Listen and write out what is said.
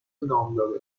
نامدار